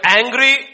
angry